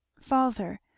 Father